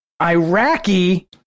Iraqi